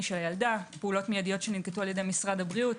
של הילדה פעולות מיידיות שננקטו על ידי משרד הבריאות,